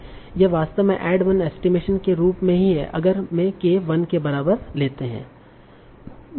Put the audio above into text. यह वास्तव में ऐड वन एस्टीमेशन के रूप में ही है अगर मैं k 1 के बराबर लेते है